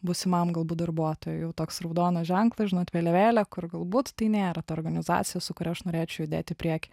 būsimam galbūt darbuotojui jau toks raudonas ženklas žinot vėliavėlė kur galbūt tai nėra ta organizacija su kuria aš norėčiau judėt į priekį